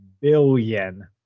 billion